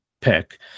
pick